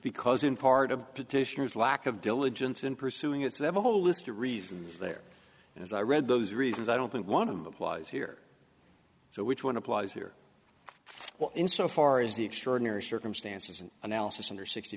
because in part of petitioners lack of diligence in pursuing its they've a whole list of reasons there and as i read those reasons i don't think one of them applies here so which one applies here in so far as the extraordinary circumstances and analysis under sixty